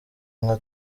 nka